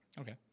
Okay